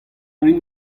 rin